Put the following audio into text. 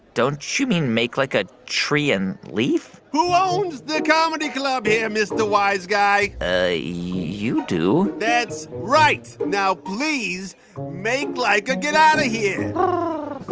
don't you mean make like a tree and leaf? who owns the comedy club here, mr. wise guy? ah, you do that's right. now please make like a get out of here,